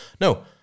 No